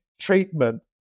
treatment